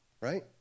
Right